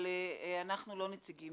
אבל אנחנו לא נציגים